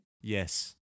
Yes